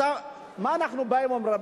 מה אנחנו אומרים?